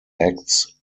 acts